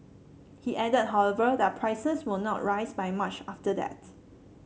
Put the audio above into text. he added however that prices will not rise by much after that